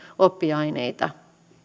oppiaineita